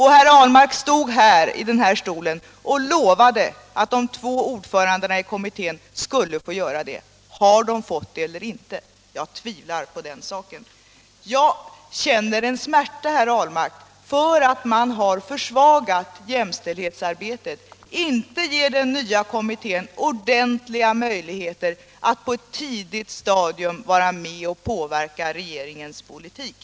Herr Ahlmark lovade då från denna talarstol att de två ordförandena i kommittén skulle få göra det. Har de fått det eller inte? Jag tvivlar på att så skett. Jag känner en smärta, herr Ahlmark, på grund av att man har försvagat jämställdhetsarbetet och inte ger den nya kommittén ordentliga möjligheter att på ett tidigt stadium påverka regeringens politik.